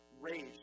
rage